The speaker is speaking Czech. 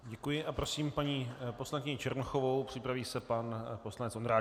Děkuji a prosím paní poslankyni Černochovou, připraví se pan poslanec Ondráček.